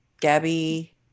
Gabby